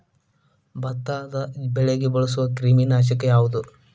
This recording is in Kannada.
ಭತ್ತದ ಬೆಳೆಗೆ ಬಳಸುವ ಕ್ರಿಮಿ ನಾಶಕ ಯಾವುದು?